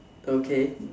okay